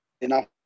enough